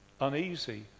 uneasy